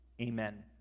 amen